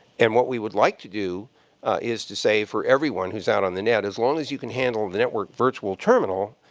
and what we would like to do is to say, for everyone who's out on the net, as long as you can handle the network virtual terminal,